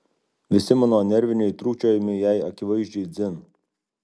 visi mano nerviniai trūkčiojimai jai akivaizdžiai dzin